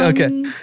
okay